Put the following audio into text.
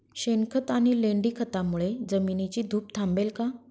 शेणखत आणि लेंडी खतांमुळे जमिनीची धूप थांबेल का?